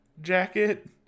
jacket